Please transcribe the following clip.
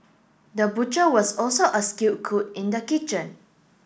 the butcher was also a skilled cook in the kitchen